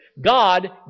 God